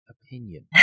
opinion